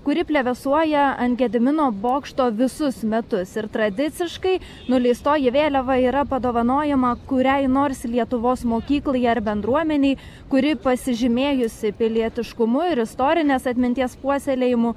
kuri plevėsuoja ant gedimino bokšto visus metus ir tradiciškai nuleistoji vėliava yra padovanojama kuriai nors lietuvos mokyklai ar bendruomenei kuri pasižymėjusi pilietiškumu ir istorinės atminties puoselėjimu